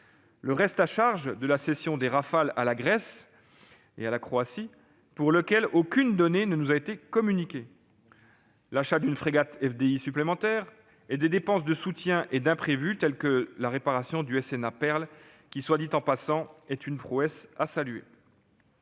le reste à charge de la cession des Rafale à la Grèce et à la Croatie, sur lequel aucune donnée ne nous a été communiquée, l'achat d'une frégate de défense et d'intervention (FDI) supplémentaire et des dépenses de soutien et d'imprévus telle la réparation du SNA, qui, soit dit en passant, est une prouesse à saluer.